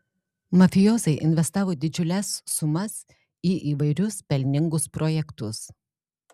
mafijozai investavo didžiules sumas į įvairius pelningus projektus